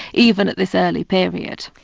even at this early period.